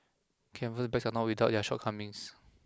canvas bags are not without their shortcomings